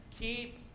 Keep